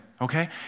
Okay